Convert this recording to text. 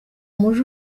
muji